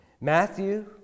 Matthew